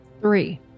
Three